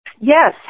Yes